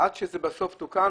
עד שזה תוקן בסוף,